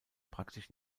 praktisch